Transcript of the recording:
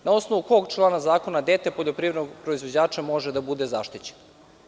Na osnovu kog člana zakona dete poljoprivrednog proizvođača može da bude zaštićeno?